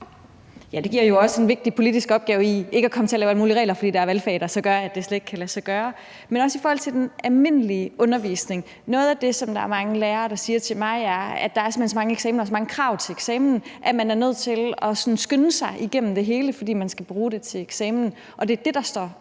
der jo også en vigtig politisk opgave i forhold til ikke at komme til at lave alle mulige regler, fordi der er valgfag, der så gør, at det slet ikke kan lade sig gøre. Men det er også i forhold til den almindelige undervisning. Noget af det, som mange lærere siger til mig, er, at der simpelt hen er så mange eksamener og så mange krav til eksamen, at man er nødt til at skynde sig igennem det hele, fordi man skal bruge det til eksamen, og det er det, der står